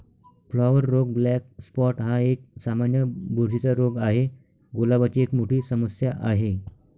flower रोग black spot हा एक, सामान्य बुरशीचा रोग आहे, गुलाबाची एक मोठी समस्या आहे